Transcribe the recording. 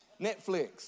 Netflix